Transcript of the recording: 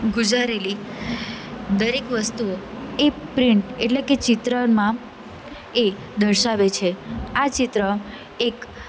ગુજારેલી દરેક વસ્તુઓ એ પ્રિન્ટ એટલે કે ચિત્રમાં એ દર્શાવે છે આ ચિત્ર એક